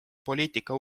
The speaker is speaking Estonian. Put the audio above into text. poliitika